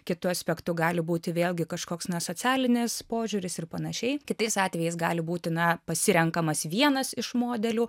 kitu aspektu gali būti vėlgi kažkoks na socialinis požiūris ir panašiai kitais atvejais gali būti na pasirenkamas vienas iš modelių